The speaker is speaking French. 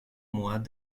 mois